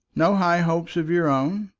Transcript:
no high hopes of your own,